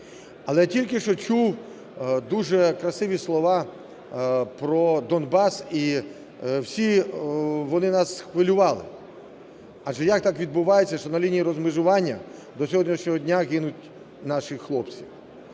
Але тільки що чув дуже красиві слова про Донбас, і всі вони нас схвилювали. Адже як так відбувається, що на лінії розмежування до сьогоднішнього дня гинуть наші хлопці?